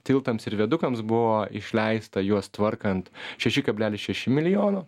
tiltams ir viadukams buvo išleista juos tvarkant šeši kablelis šeši milijono